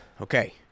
Okay